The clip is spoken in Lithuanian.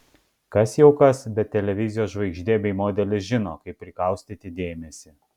kas jau kas bet televizijos žvaigždė bei modelis žino kaip prikaustyti dėmesį